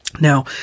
Now